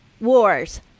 wars